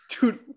Dude